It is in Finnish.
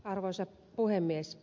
arvoisa puhemies